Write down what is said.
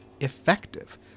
effective